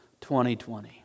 2020